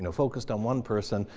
and focused on one person,